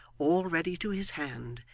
all ready to his hand,